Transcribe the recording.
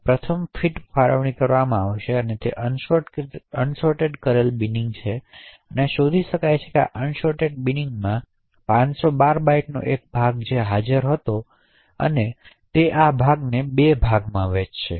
હવે પ્રથમ ફીટ ફાળવણીમાં શું થશે તે અનસોર્ટ કરેલું બિનિંગ છે અને શોધી શકાય છે કે આ અનસોર્ટેટેડ કરેલા બિનિંગમાં 512 બાઇટ્સનો એક ભાગ છે જે હાજર છે અને તેથી તે શું કરશે તે આ ભાગને 2 ભાગોમાં વહેંચશે